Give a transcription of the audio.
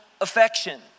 affection